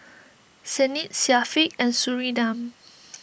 Senin Syafiq and Surinam